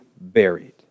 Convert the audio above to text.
buried